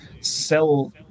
sell